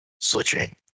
switching